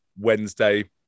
Wednesday